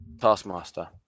Taskmaster